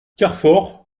carfor